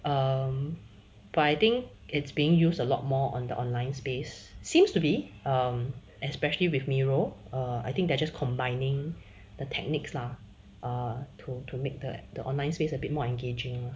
um but I think its being used a lot more on the online space seems to be um especially with miro err I think they're just combining the techniques lah err to to make the the online space a bit more engaging